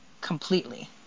completely